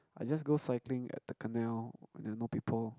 I just go cycling at the canal there are no people